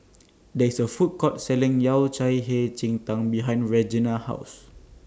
There IS A Food Court Selling Yao Cai Hei Jin Tang behind Regena's House